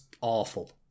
awful